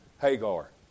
Hagar